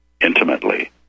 intimately